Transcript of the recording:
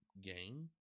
game